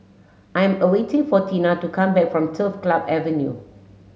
I'm awaiting for Teena to come back from Turf Club Avenue